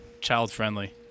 child-friendly